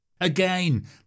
Again